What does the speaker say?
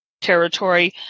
territory